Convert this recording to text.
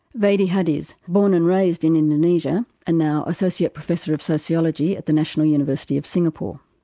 vedi hadiz, born and raised in indonesia and now associate professor of sociology at the national university of singapore.